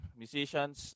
musicians